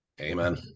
Amen